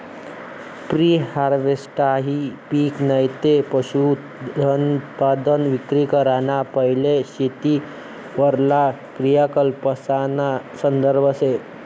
pre हारवेस्टहाई पिक नैते पशुधनउत्पादन विक्री कराना पैले खेतीवरला क्रियाकलापासना संदर्भ शे